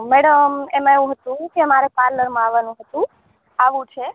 madam એમાં એવું હતું કે મારે પાર્લરમાં આવવાનું હતુ આવવું છે